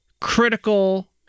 critical